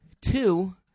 Two